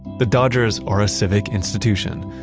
the dodgers are a civic institution,